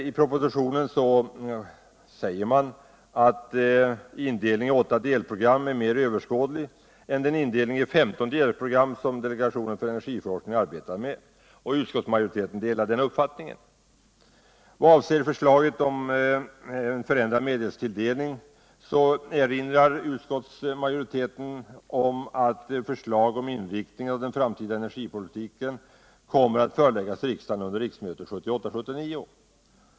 I propositionen säger man alt indelningen i åtta delprogram är mer överskådlig än den indelning i 15 delprogram som delegationen för encergiforskning arbetar med. Utskottsmajoriteten delar den uppfattningen. Vad avser förslaget om förändrad medelstilldelning erinrar utskottsmajoriteten om att förslag om inriktningen av den framtida energipolitiken kommer att föreläggas riksdagen under riksmötet 1978/79.